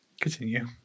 continue